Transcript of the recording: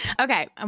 okay